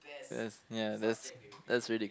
that's ya that's that's really